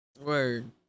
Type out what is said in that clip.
Word